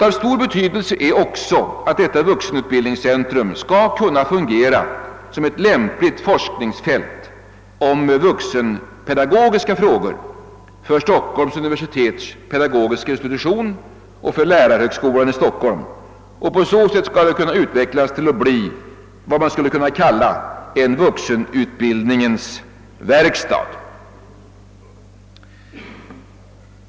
Av stor betydelse är också att detta vuxenutbildningscentrum skall kunna fungera som ett lämpligt forskningsfält för vuxenpedagogiska frågor för Stockholms universitets pedagogiska institution och för lärarhögskolan i Stockholm. På så sätt skall det kunna utvecklas att bli vad man skulle kunna kalla en vuxenutbildningens verkstad.